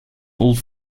old